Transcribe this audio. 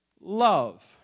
love